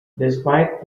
despite